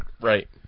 Right